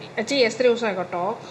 actually yesterday also I got talk